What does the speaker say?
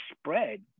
spread